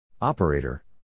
Operator